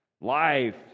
Life